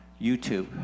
YouTube